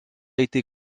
été